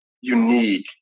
unique